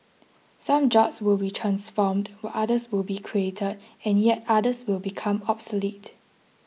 some jobs will be transformed while others will be created and yet others will become obsolete